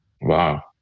Wow